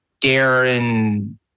Darren